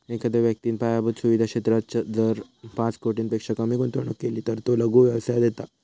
एखाद्या व्यक्तिन पायाभुत सुवीधा क्षेत्रात जर पाच कोटींपेक्षा कमी गुंतवणूक केली तर तो लघु व्यवसायात येता